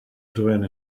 doing